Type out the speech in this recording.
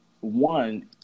one